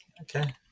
Okay